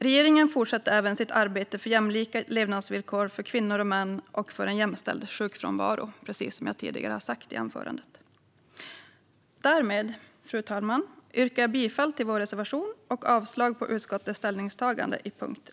Regeringen fortsätter även sitt arbete för jämlika levnadsvillkor för kvinnor och män och för en jämställd sjukfrånvaro, precis som jag tidigare har anfört. Därmed, fru talman, yrkar jag bifall till vår reservation och avslag på utskottets ställningstagande under punkt 1.